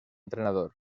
entrenador